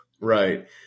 Right